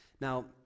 now